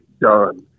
done